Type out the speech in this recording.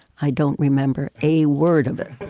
i don't remember a word of it.